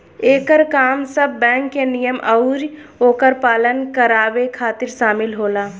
एकर काम सब बैंक के नियम अउरी ओकर पालन करावे खातिर शामिल होला